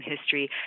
history